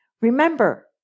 Remember